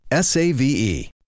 SAVE